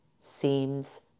seems